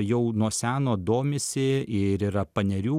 jau nuo seno domisi ir yra panerių